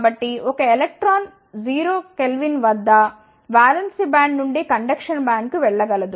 కాబట్టి ఒక electron 0 K వద్ద వాలెన్స్ బ్యాండ్ నుండి కండక్షన్ బ్యాండ్కు వెళ్ళ గలదు